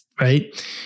Right